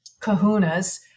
kahunas